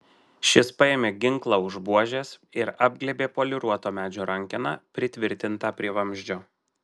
šis paėmė ginklą už buožės ir apglėbė poliruoto medžio rankeną pritvirtintą prie vamzdžio